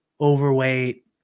overweight